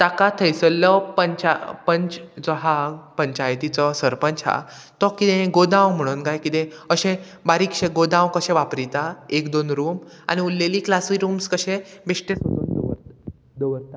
ताका थंयसरलो पंचा पंच जो हा पंचायतीचो सरपंच हा तो किदें गोदांव म्हणून काय कितें अशें बारीकशें गोदांव कशें वापरिता एक दोन रूम आनी उरलेली क्लासूय रूम्स कशे बेश्टे सोदून दवरता